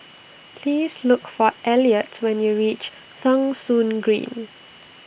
Please Look For Eliot when YOU REACH Thong Soon Green